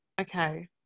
Okay